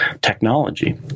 technology